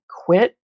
quit